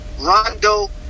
Rondo